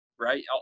right